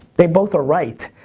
they both are right,